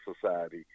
Society